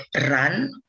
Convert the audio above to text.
run